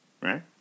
right